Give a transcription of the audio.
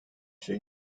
şey